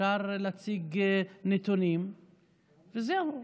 אפשר להציג נתונים וזהו.